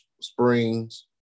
springs